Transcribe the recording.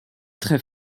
très